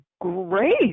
great